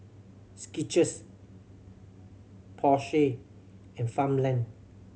Skechers Porsche and Farmland